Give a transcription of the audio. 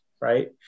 right